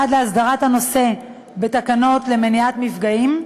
עד להסדרת הנושא בתקנות למניעת מפגעים,